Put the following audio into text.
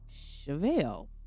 Chevelle